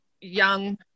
young